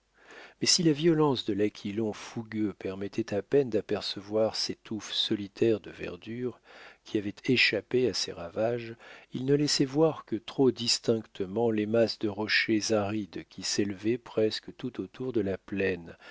mais si la violence de qu en fougueux permettait à peine d'apercevoir ces touffes solitaires de verdure qui avaient échappé à ses ravages il ne laissait voir que trop distinctement les masses de rochers arides qui s'élevaient presque tout autour de la plaine